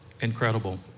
Incredible